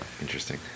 Interesting